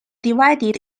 divided